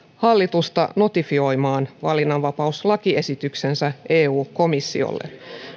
hallitusta notifioimaan valinnanvapauslakiesityksensä eu komissiolle